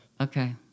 Okay